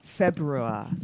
February